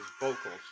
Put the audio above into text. vocals